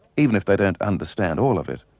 even if they don't understand all of it.